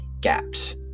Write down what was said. gaps